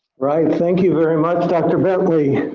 well, thank you very much dr. bentley.